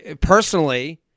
personally